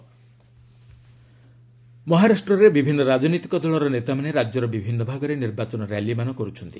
ମହା ପୋଲ୍ ମହାରାଷ୍ଟ୍ରରେ ବିଭିନ୍ନ ରାଜନୈତିକ ଦକର ନେତାମାନେ ରାଜ୍ୟର ବିଭିନ୍ନ ଭାଗରେ ନିର୍ବାଚନ ର୍ୟାଲିମାନ କରୁଛନ୍ତି